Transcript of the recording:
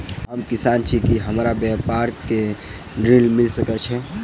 हम किसान छी की हमरा ब्यपार करऽ केँ लेल ऋण मिल सकैत ये?